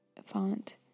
font